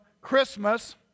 Christmas